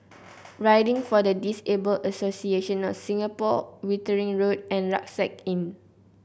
Riding for the Disabled Association of Singapore Wittering Road and Rucksack Inn